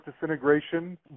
disintegration